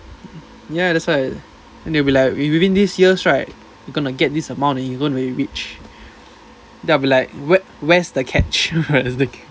ya that's why then they'll be like you within these years right you're gonna get this amount and you gonna be rich then I'll be like where where's the catch